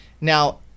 Now